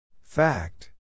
Fact